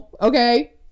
Okay